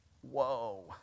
Whoa